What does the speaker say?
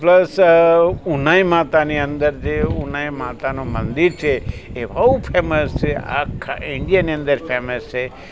plus Unai માતાની અંદર જે ઉનાઈ માતાનું મંદિર છે એ બહુ ફેમસ છે આખા ઇન્ડિયાની અંદર ફેમસ છે